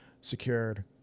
secured